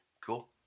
Cool